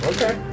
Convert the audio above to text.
Okay